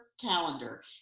calendar